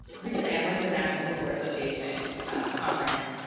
recently i went to the national school board association conference,